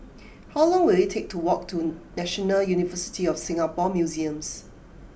how long will it take to walk to National University of Singapore Museums